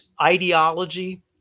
ideology